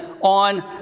on